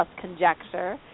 conjecture